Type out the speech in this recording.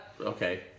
Okay